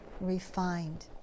refined